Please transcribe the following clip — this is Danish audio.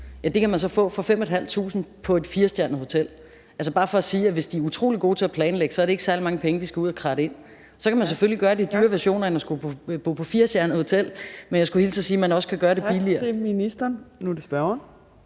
og det kan man så få for 5.500 kr. på et firestjernet hotel. Det er bare for at sige, at det, hvis de er utrolig gode til at planlægge, så ikke er særlig mange penge, de skal ud at kratte ind. Så kan man selvfølgelig gøre det i dyrere versioner end at skulle bo på et firestjernet hotel, men jeg skulle hilse og sige, at man også kan gøre det billigere.